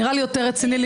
נראה לי יותר רציני.